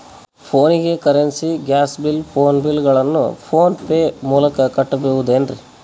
ಫೋನಿಗೆ currency, gas bill, phone bill ಗಳನ್ನು PhonePe ಮೂಲಕ ಕಟ್ಟಬಹುದೇನ್ರಿ?